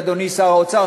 אדוני שר האוצר,